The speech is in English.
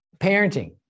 parenting